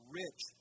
rich